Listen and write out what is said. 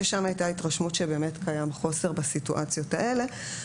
ששם הייתה התרשמות שקיים חוסר בסיטואציות האלו.